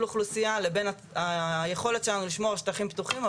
אוכלוסיה לבין היכולת שלנו לשמור על שטחים פתוחים.